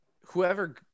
whoever